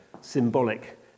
symbolic